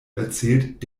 erzählt